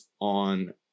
on